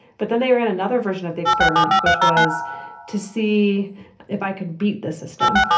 but then they ran another version of the experiment which was to see if i could beat the system.